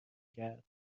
کرد